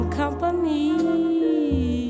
company